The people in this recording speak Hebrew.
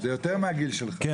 כן,